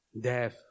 Death